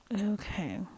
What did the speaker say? Okay